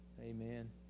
Amen